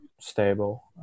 stable